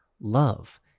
love